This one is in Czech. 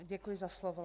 Děkuji za slovo.